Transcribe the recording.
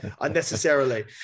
Unnecessarily